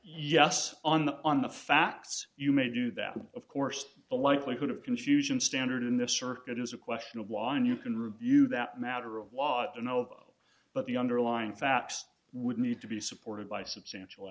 yes on the on the facts you may do that of course the likelihood of confusion standard in the circuit is a question of line you can review that matter of law or no but the underlying facts would need to be supported by substantial